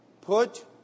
Put